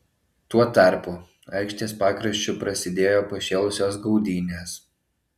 tuo tarpu aikštės pakraščiu prasidėjo pašėlusios gaudynės